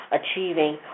achieving